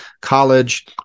College